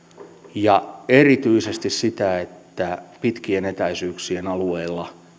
ja erityisesti sitä että pitkien etäisyyksien alueella